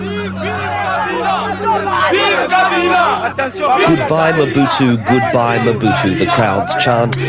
um but so um goodbye, mobutu. goodbye, mobutu the crowds chant.